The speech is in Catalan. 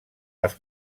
les